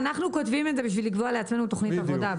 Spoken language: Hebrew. אנחנו כותבים את זה כדי לקבוע לעצמנו תכנית עבודה.